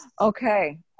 Okay